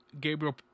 Gabriel